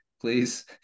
please